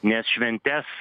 nes šventes